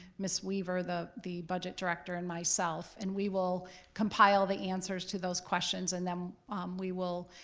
miss weaver, the the budget director, and myself, and we will compile the answers to those questions, and then we will,